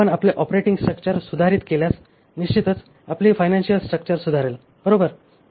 आपण आपले operating structure सुधारित केल्यास निश्चितच आपली फायनान्शिअल स्ट्रक्चर सुधारेल बरोबर